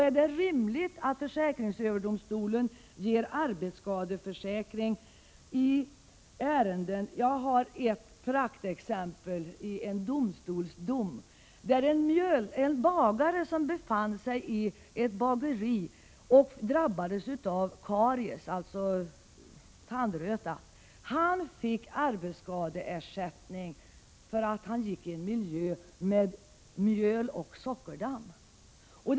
Är det rimligt att försäkringsöverdomstolen ger arbetsskadeförsäkring i fall som detta? Jag har ett praktexempel från en domstolsdom som gällde en bagare som drabbats av karies, alltså tandröta. Han fick arbetsskadeersättning för att han vistades i en miljö med mjöloch sockerdamm.